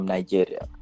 Nigeria